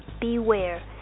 beware